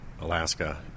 Alaska